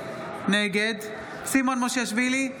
נגד סימון מושיאשוילי,